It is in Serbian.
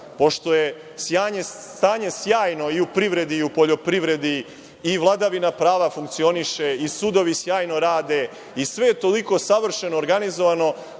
pošto je stanje sjajno i u privredi i u poljoprivredi, i vladavina prava funkcioniše, i sudovi sjajno rade, i sve je toliko savršeno organizovano,